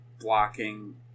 blocking